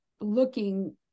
looking